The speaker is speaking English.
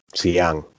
siang